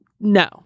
no